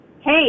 hey